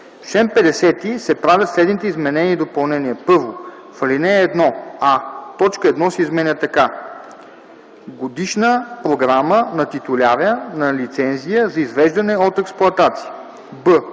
В чл. 50 се правят следните изменения и допълнения: 1. В ал. 1: а) точка 1 се изменя така: „1. годишна програма на титуляра на лицензия за извеждане от експлоатация;”